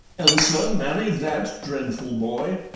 elsa marry that dreadful boy!